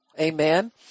Amen